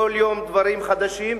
כל יום דברים חדשים,